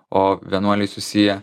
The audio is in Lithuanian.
o vienuoliai susiję